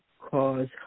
cause